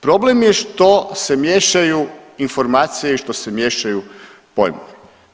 Problem je što se miješaju informacije i što se miješaju pojmovi.